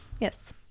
Yes